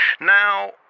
Now